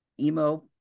emo